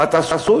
מה תעשו?